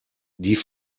die